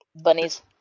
Bunnies